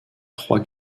trois